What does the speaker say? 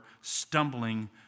stumbling